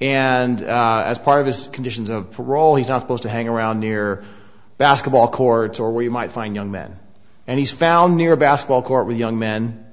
and as part of his conditions of parole he's not supposed to hang around near basketball courts or where you might find young men and he's found near a basketball court with young men